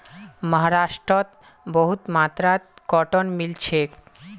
महाराष्ट्रत बहुत मात्रात कॉटन मिल छेक